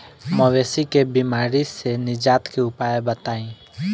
मवेशी के बिमारी से निजात के उपाय बताई?